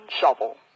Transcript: shovel